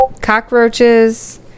Cockroaches